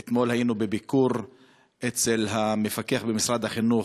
היינו אתמול בביקור אצל המפקח במשרד החינוך,